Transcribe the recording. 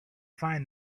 find